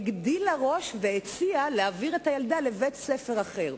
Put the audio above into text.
הגדילה ראש והציעה להעביר את הילדה לבית-ספר אחר.